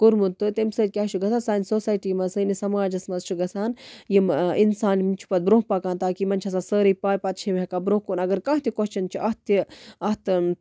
کوٚرمُت تہٕ تَمہِ سۭتۍ کیاہ چھُ گژھان سانہِ سوسایٹی منٛز سٲنِس سَماجَس منٛز چھُ گژھان یِم اِنسان یِم چھِ پَتہٕ برونٛہہ پَکان تاکہِ یِمن چھےٚ آسان سٲرٕے پاے پَتہ چھِ یِم ہٮ۪کان برونٛہہ کُن اَگر کانٛہہ تہِ کوسچن اَتھ تہِ اَتھ